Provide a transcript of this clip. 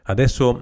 Adesso